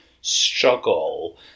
struggle